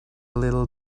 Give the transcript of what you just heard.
little